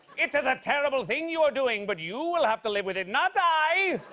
it is a terrible thing you are doing, but you will have to live with it, not i.